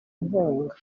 inkunga